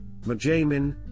Majamin